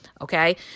okay